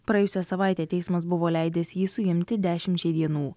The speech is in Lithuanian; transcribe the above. praėjusią savaitę teismas buvo leidęs jį suimti dešimčiai dienų